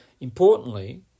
Importantly